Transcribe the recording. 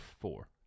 four